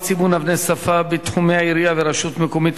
סימון אבני שפה בתחומי עירייה ורשות מקומית),